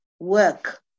Work